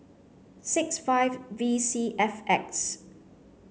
six five V C F X